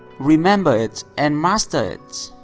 remember it and master it.